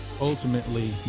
ultimately